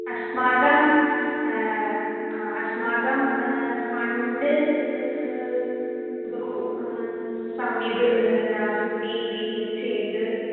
अस्माकम् अस्माकं फ़ण्ड् बहु सम्यक् नास्ति इति चेद्